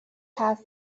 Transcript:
حرفی